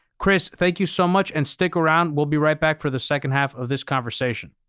chris, thank you so much and stick around. we'll be right back for the second half of this conversation.